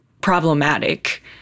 problematic